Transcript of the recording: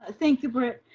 thank you britt,